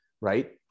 Right